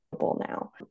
now